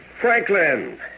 Franklin